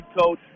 Coach